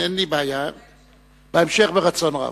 אין בעיה, בהמשך, ברצון רב.